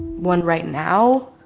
one right now,